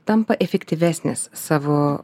tampa efektyvesnis savo